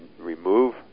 remove